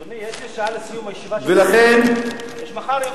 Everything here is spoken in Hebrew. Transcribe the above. אדוני, יש לי שעה לסיום הישיבה, יש מחר יום ארוך.